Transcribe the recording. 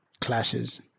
clashes